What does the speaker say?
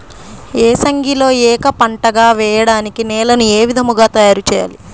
ఏసంగిలో ఏక పంటగ వెయడానికి నేలను ఏ విధముగా తయారుచేయాలి?